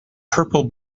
purple